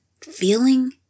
feeling